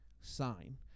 sign